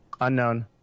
Unknown